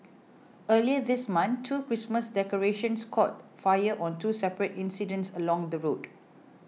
earlier this month two Christmas decorations caught fire on two separate incidents along the road